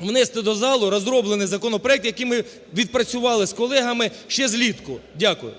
внести до залу розроблений законопроект, який ми відпрацювали з колегами ще влітку. Дякую.